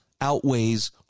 outweighs